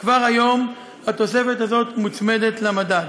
כבר היום התוספת הזאת מוצמדת למדד.